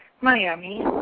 Miami